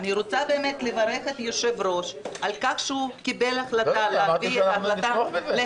אני רוצה באמת לברך את היושב-ראש על כך שהוא קיבל החלטה להביא לכאן.